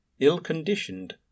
ill-conditioned